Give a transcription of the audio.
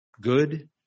Good